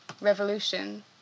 revolution